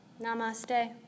Namaste